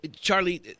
Charlie